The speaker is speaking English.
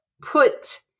put